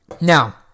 Now